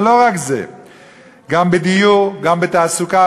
וטוב שיש גם חוקים כאלה,